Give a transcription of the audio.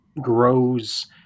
grows